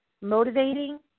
motivating